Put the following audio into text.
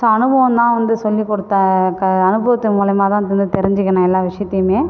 so அனுபவம் தான் வந்து சொல்லிக் குடுத்தாக்கா அனுபவத்தின் மூலியமாக தான் வந்து தெரிஞ்சிக்கினேன் எல்லா விஷயத்தையும்